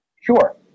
Sure